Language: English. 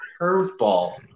curveball